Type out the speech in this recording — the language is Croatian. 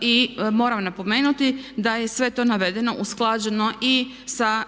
I moram napomenuti da je sve to navedeno, usklađeno i sa